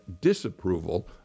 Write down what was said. disapproval